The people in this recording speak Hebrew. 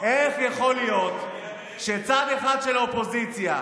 איך יכול להיות שצד אחד של האופוזיציה,